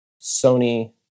Sony